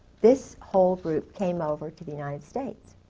this whole group came over to the united states.